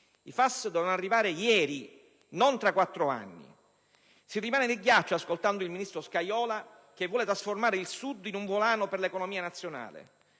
FAS dovevano arrivare ieri, non tra quattro anni. Si rimane di ghiaccio ascoltando il ministro Scajola che vuole trasformare il Sud in un volano per l'economia nazionale,